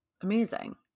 Amazing